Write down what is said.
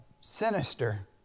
sinister